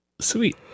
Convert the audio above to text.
sweet